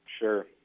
Sure